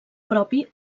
propi